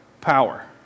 power